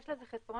יש לזה חסרונות,